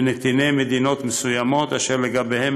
של נתיני מדינות מסוימות אשר לגביהן